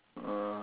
uh